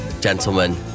gentlemen